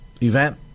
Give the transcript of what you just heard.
event